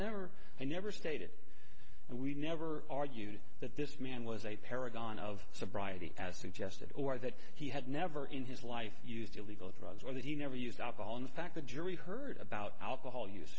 never and never stated and we never argued that this man was a paragon of sobriety as suggested or that he had never in his life used illegal drugs or that he never used alcohol in fact the jury heard about alcohol use